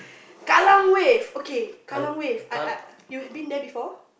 Kallang Wave okay Kallang Wave I I you've been before